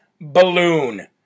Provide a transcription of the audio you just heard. Balloon